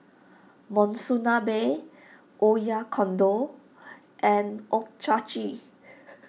Monsunabe Oyakodon and